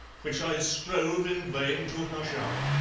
which i strove in vain to hush up.